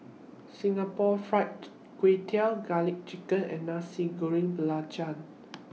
Singapore Fried Kway Tiao Garlic Chicken and Nasi Goreng Belacan